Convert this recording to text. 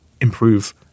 improve